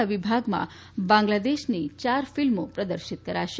આ વિભાગમાં બાંગ્લાદેશની ચાર ફિલ્મો પ્રદર્શિત કરાશે